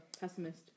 pessimist